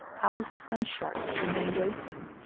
houses and shops remained open,